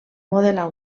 modelar